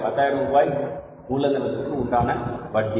பத்தாயிரம் ரூபாய் மூலதனத்திற்கு உண்டான வட்டி